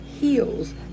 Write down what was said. heels